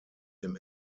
dem